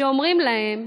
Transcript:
שאומרים להם: